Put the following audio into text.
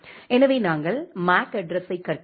எனவே நாங்கள் மேக் அட்ட்ரஸ்யை கற்கிறோம்